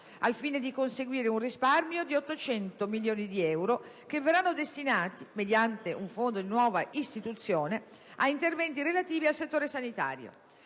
al fine di conseguire un risparmio di 800 milioni di euro annui, che verranno destinati (mediante un fondo di nuova istituzione) ad interventi relativi al settore sanitario.